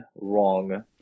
wrong